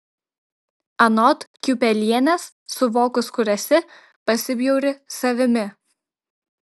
anot kiupelienės suvokus kur esi pasibjauri savimi